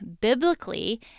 biblically